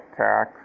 tax